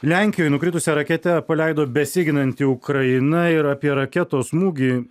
lenkijoj nukritusią raketę paleido besiginanti ukraina ir apie raketos smūgį